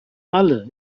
alle